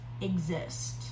Exist